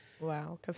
Wow